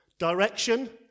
Direction